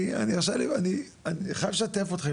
אני חייב לשתף אותכם,